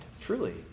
truly